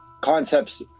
concepts